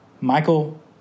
Michael